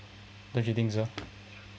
don't you think so